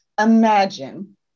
imagine